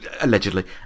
allegedly